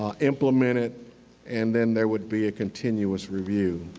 ah implement it and then there would be a continuous review.